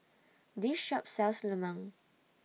This Shop sells Lemang